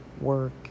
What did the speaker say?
work